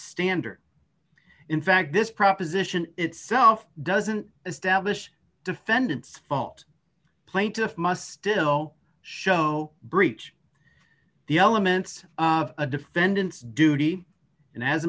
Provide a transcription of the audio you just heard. standard in fact this proposition itself doesn't establish defendant's fault plaintiff must still show breach the elements of a defendant's duty a